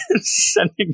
sending